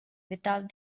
without